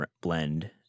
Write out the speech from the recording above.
blend